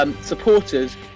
Supporters